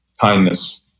Kindness